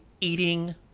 eating